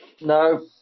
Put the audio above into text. no